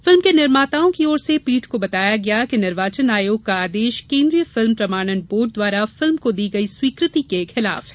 film के निर्माताओं की ओर से पीठ को बताया गया कि निर्वाचन आयोग का आदेश केन्द्रीय फिल्म प्रमाणन बोर्ड द्वारा फिल्म को दी गई स्वीकृति के खिलाफ है